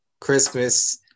Christmas